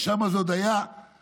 ושם זה עוד היה בלשים,